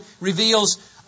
reveals